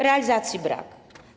Realizacji brak.